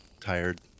tired